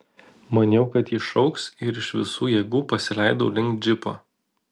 maniau kad ji šauks ir iš visų jėgų pasileidau link džipo